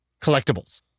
collectibles